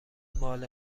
مال